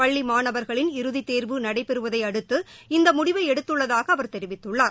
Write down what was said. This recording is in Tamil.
பள்ளி மாணவா்களின் இறுதித் தேர்வு நடைபெறவதையடுத்து இந்த முடிவை எடுத்துள்ளதாக அவா் தெரிவித்துள்ளார்